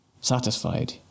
Satisfied